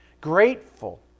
Grateful